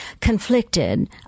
conflicted